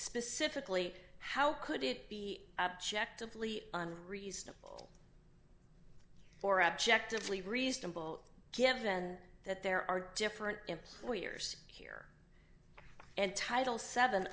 specifically how could it be objectively reasonable or objectively reasonable given that there are different employers here and title seven